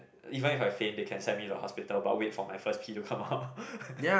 even if I faint they can send me to hospital but wait for my first pee to come out